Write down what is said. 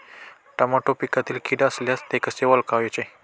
Tomato पिकातील कीड असल्यास ते कसे ओळखायचे?